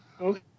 Okay